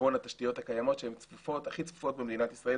חשבון התשתיות הקיימות שהן הכי צפופות במדינת ישראל,